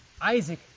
Isaac